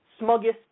smuggest